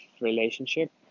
relationship